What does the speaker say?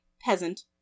peasant